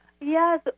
Yes